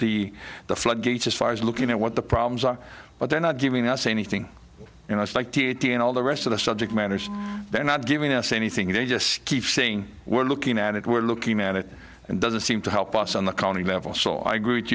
up the floodgates as far as looking at what the problems are but they're not giving us anything you know it's like t t and all the rest of the subject matters they're not giving us anything they just keep saying we're looking at it we're looking at it and doesn't seem to help us on the county level so i gree